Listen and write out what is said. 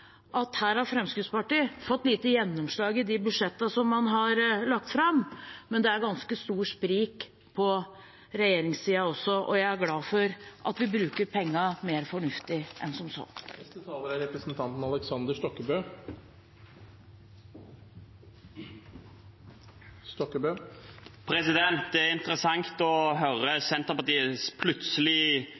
at Fremskrittspartiet har fått lite gjennomslag i de budsjettene man har lagt fram, men det er ganske stort sprik på regjeringssiden også, og jeg er glad for at vi bruker pengene mer fornuftig enn som så. Det er